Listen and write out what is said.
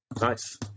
Nice